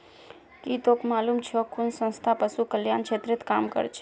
की तोक मालूम छोक कुन संस्था पशु कल्याण क्षेत्रत काम करछेक